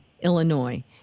Illinois